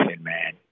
man